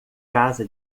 casa